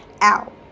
Out